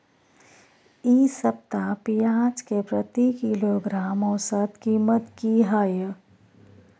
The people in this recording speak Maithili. इ सप्ताह पियाज के प्रति किलोग्राम औसत कीमत की हय?